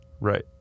right